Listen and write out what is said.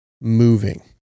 moving